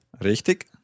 Richtig